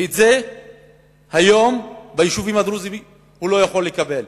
ואת זה היום ביישובים הדרוזיים הוא לא יכול לקבל.